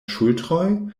ŝultroj